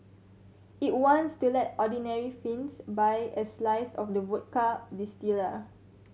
it wants to let ordinary Finns buy a slice of the vodka distiller